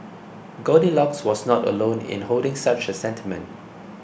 goldilocks was not alone in holding such a sentiment